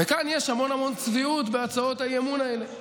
וכאן יש המון המון צביעות בהצעות האי-אמון האלה.